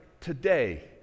today